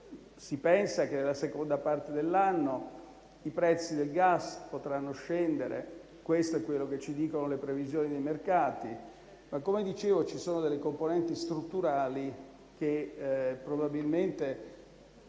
Si pensa che nella seconda parte dell'anno i prezzi del gas potranno scendere - questo è quanto ci dicono le previsioni dei mercati - ma, come rilevavo, ci sono delle componenti strutturali che probabilmente